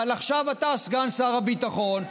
אבל עכשיו אתה סגן שר הביטחון,